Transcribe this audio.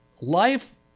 Life